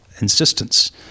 insistence